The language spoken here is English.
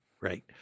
right